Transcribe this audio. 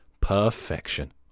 perfection